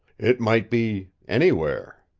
it might be anywhere.